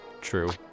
true